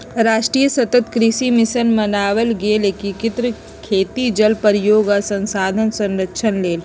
राष्ट्रीय सतत कृषि मिशन बनाएल गेल एकीकृत खेती जल प्रयोग आ संसाधन संरक्षण लेल